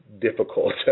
difficult